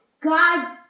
God's